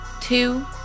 two